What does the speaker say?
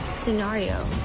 Scenario